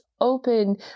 open